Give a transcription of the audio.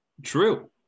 true